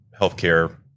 healthcare